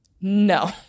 no